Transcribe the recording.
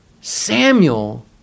Samuel